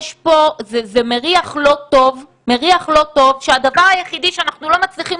זה מריח לא טוב שהדבר היחידי שאנחנו לא מצליחים